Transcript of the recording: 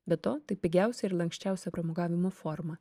be to tai pigiausia ir lanksčiausia pramogavimo forma